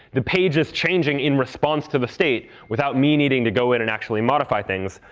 the page is changing in response to the state without me needing to go in and actually modify things,